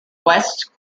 west